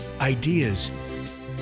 Ideas